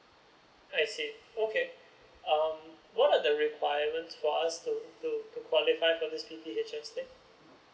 I see okay um what are the requirements for us to to qualify for this p p h s thing